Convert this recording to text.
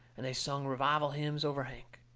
and they sung revival hymns over hank.